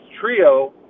trio